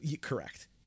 correct